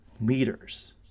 meters